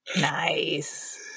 Nice